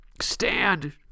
stand